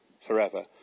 forever